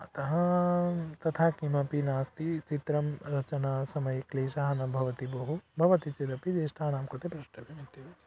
अतः तथा किमपि नास्ति चित्ररचनसमये क्लेशः न भवति बहु भवति चेदपि ज्येष्ठानां कृते पृष्टव्यम् इत्येव